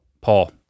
Paul